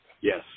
Yes